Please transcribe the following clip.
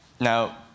Now